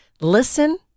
listen